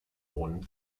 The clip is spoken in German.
brunnen